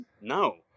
No